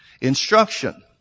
instruction